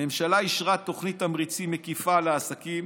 הממשלה אישרה תוכנית תמריצים מקיפה לעסקים